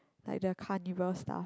like the carnival stuff